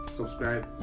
subscribe